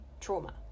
trauma